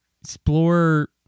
explore